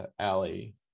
alley